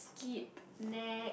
skip next